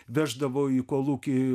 veždavo į kolūkį